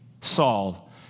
Saul